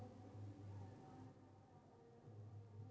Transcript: आम के पेड़ में कौन सी खाद डालें?